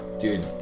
dude